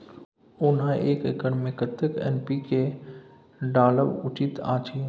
ओना एक एकर मे कतेक एन.पी.के डालब उचित अछि?